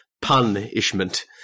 Punishment